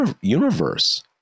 universe